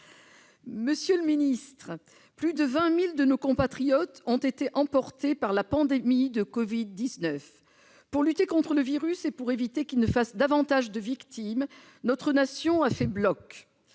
comptes publics. Plus de 20 000 de nos compatriotes ont été emportés par la pandémie de Covid-19. Pour lutter contre le virus et pour éviter qu'il ne fasse davantage de victimes, la Nation a fait bloc.